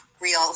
real